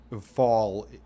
fall